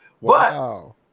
Wow